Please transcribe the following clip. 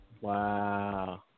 Wow